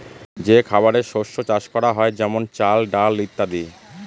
যে খাবারের শস্য চাষ করা হয় যেমন চাল, ডাল ইত্যাদি